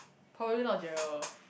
probably not Gerald